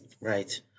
Right